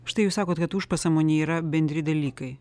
štai jūs sakot kad užpasąmonė yra bendri dalykai